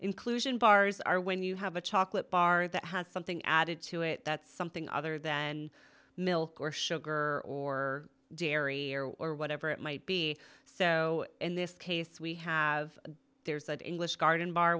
inclusion bars are when you have a chocolate bar that has something added to it that something other than milk or sugar or dairy air or whatever it might be so in this case we have there's an english garden bar